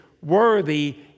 worthy